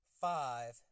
five